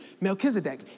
Melchizedek